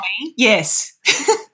Yes